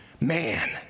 Man